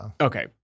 Okay